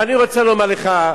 ואני רוצה לומר לך,